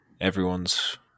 everyone's